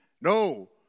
No